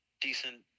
decent